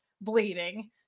bleeding